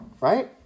Right